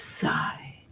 sigh